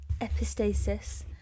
epistasis